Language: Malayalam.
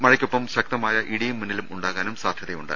മഴയ്ക്കൊപ്പം ശക്തമായ ഇടിയും മിന്നലും ഉണ്ടാകാനും സാധ്യതയുണ്ട്